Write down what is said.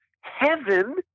heaven